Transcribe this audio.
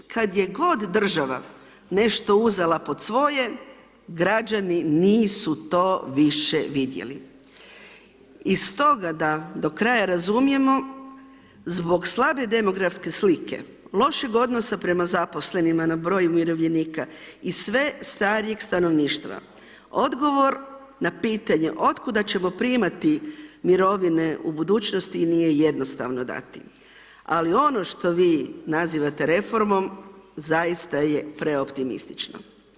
Kad je god država nešto uzela pod svoje, građani nisu to više vidjeli i stoga da do kraja razumijemo, zbog slabe demografske slike, lošeg odnosa prema zaposlenima na broj umirovljenika i sve starijeg stanovništva, odgovor na pitanje otkuda ćemo primati mirovine u budućnosti, nije jednostavno dati ali ono što vi nazivate reformom, zaista je preoptimistično.